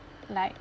like